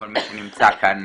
כל מי שנמצא כאן